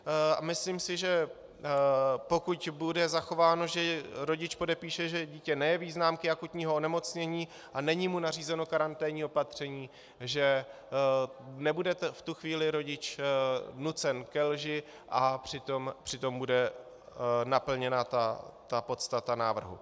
A myslím si, že pokud bude zachováno, že rodič podepíše, že dítě nejeví známky akutního onemocnění a není mu nařízeno karanténní opatření, že nebude v tu chvíli rodič nucen ke lži a přitom bude naplněna podstata návrhu.